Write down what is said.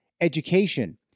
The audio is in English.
education